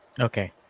okay